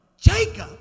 Jacob